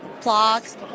plugs